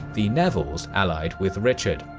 the nevilles allied with richard.